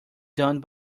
done